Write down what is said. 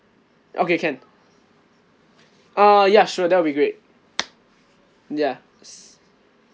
okay can uh ya sure that'll be great ya